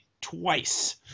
twice